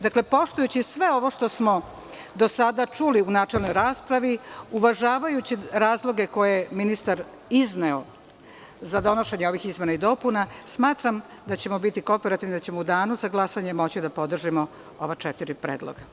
Dakle, poštujući sve ovo što smo do sada čuli u načelnoj raspravi, uvažavajući razloge koje je ministar izneo za donošenje ovih izmena i dopuna, smatram da ćemo biti kooperativni i da ćemo u danu za glasanje moći da podržimo ova četiri predloga.